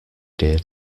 dear